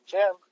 Jim